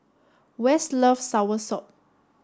west loves soursop